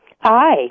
Hi